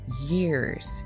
years